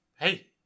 hey